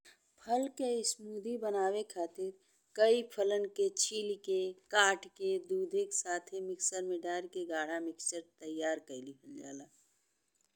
फल के स्मूदी बनावे खातिर कई फलन के छील के, काट के, दूध के साथे मिक्सर में डाल के गाढ़ा मिक्सचर तैयारी कइ लिहल जाला।